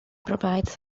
provides